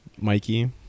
Mikey